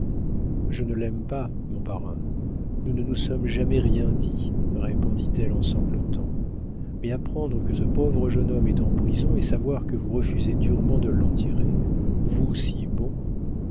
je ne l'aime pas mon parrain nous ne nous sommes jamais rien dit répondit-elle en sanglotant mais apprendre que ce pauvre jeune homme est en prison et savoir que vous refusez durement de l'en tirer vous si bon